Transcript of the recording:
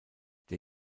der